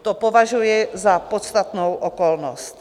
To považuji za podstatnou okolnost.